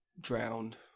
drowned